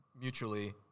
mutually